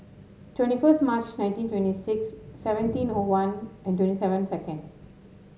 twenty first March nineteen twenty six seventeen O one and twenty seven seconds